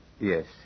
Yes